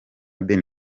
ben